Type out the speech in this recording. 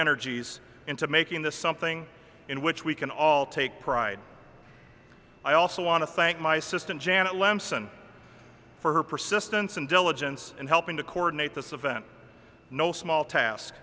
energies into making this something in which we can all take pride i also want to thank my assistant janet lamson for her persistence and diligence in helping to coordinate this event no small task